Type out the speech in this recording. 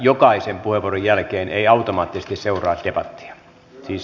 jokaisen puheenvuoron jälkeen ei automaattisesti seuraa debattia